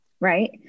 right